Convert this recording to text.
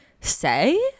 say